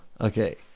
Okay